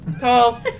Tall